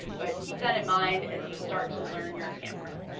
but keep that in mind as you start to learn your camera.